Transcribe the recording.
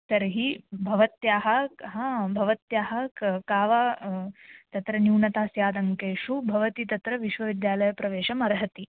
तर्हि भवत्याः हा भवत्याः क् का वा तत्र न्यूनता स्यात् अङ्केषु भवति तत्र विश्वविद्यालयप्रवेशमर्हति